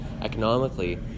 economically